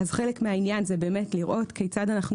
אז חלק מהעניין זה לראות כיצד אנחנו